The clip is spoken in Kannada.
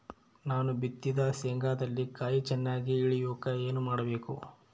ನಾನು ಬಿತ್ತಿದ ಶೇಂಗಾದಲ್ಲಿ ಕಾಯಿ ಚನ್ನಾಗಿ ಇಳಿಯಕ ಏನು ಮಾಡಬೇಕು?